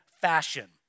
fashion